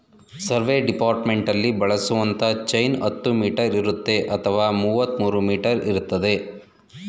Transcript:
survey ಡಿಪಾರ್ಟ್ಮೆಂಟ್ನಲ್ಲಿ ಬಳಸುವಂತ chain ಹತ್ತು ಮೀಟರ್ ಇರುತ್ತೆ ಅಥವಾ ಮುವತ್ಮೂರೂ ಮೀಟರ್ ಇರ್ತದೆ